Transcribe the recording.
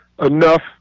enough